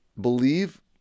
believe